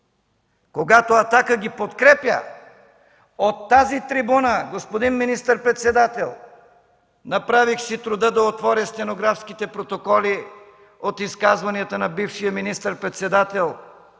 когато „Атака” ги подкрепя от тази трибуна, господин министър-председател. Направих си труда да отворя стенографските протоколи от изказванията на бившия министър-председател